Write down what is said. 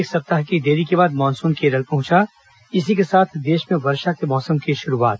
एक सप्ताह की देरी के बाद मानसून केरल पहुंचा इसी के साथ देश में वर्षा के मौसम की शुरूआत